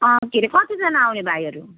के अरे कतिजना आउने भाइहरू